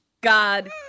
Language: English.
God